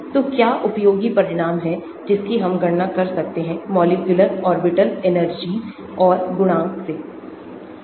तो क्या उपयोगी परिणाम हैं जिसकी हम गणना कर सकते हैं मॉलिक्यूलर ऑर्बिटल एनर्जी और गुणांक से